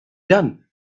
done